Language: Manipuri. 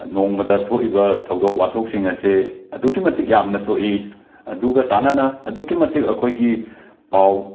ꯅꯣꯡꯃꯗ ꯊꯣꯛꯏꯕ ꯊꯧꯗꯣꯛ ꯋꯥꯊꯣꯛꯁꯤꯡ ꯑꯁꯤ ꯑꯗꯨꯛꯀꯤ ꯃꯇꯤꯛ ꯌꯥꯝꯅ ꯊꯣꯛꯏ ꯑꯗꯨꯒ ꯆꯥꯟꯅꯅ ꯑꯗꯨꯛꯀꯤ ꯃꯇꯤꯛ ꯑꯩꯈꯣꯏꯒꯤ ꯄꯥꯎ